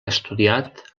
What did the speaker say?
estudiat